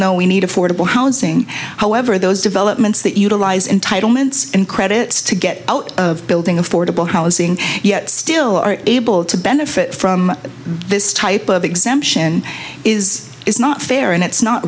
know we need affordable housing however those developments that utilise entitlements and credit to get out of building affordable housing yet still are able to benefit from this type of exemption is is not fair and it's not